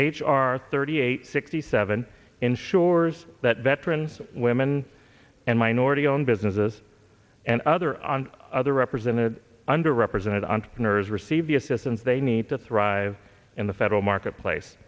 r thirty eight sixty seven ensures that veterans women and minority owned businesses and other on other represented under represented entrepreneurs receive the assistance they need to thrive in the federal marketplace